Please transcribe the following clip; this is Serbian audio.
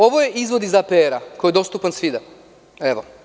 Ovo je izvod iz APR, koji je dostupan svima.